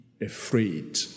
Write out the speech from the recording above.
afraid